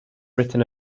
written